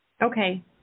Okay